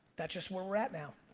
that's just where we're at now.